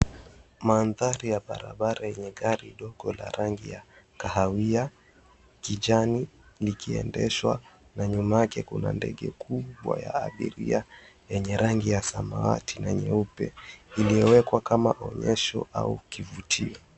Mandhari ya barabara yenye gari dogo la rangi ya kahawia, kijani likiendeshwa na nyuma yake kuna ndege kubwa ya abiria yenye rangi ya samawati na nyeupe iliyowekwa kama onyesho au kivutio.